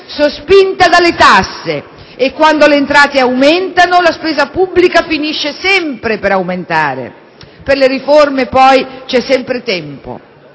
sospinta dalle tasse, e quando le entrate aumentano la spesa pubblica finisce sempre per aumentare. Per le riforme poi c'è sempre tempo.